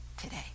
today